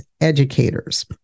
educators